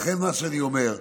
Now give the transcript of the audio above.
לכן מה שאני אומר,